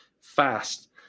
fast